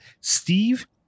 Steve